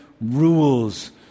rules